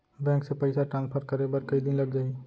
Bank से पइसा transfer करे बर कई दिन लग जाही?